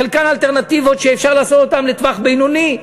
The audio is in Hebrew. חלקן אלטרנטיבות שאפשר לעשות אותן לטווח בינוני,